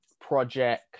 project